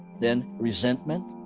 then resentment,